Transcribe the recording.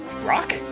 Brock